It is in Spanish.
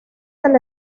del